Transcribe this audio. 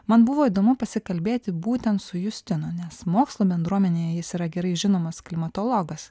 man buvo įdomu pasikalbėti būtent su justinu nes mokslo bendruomenėje jis yra gerai žinomas klimatologas